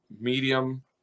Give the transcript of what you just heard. medium